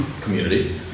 community